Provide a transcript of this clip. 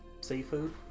Seafood